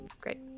Great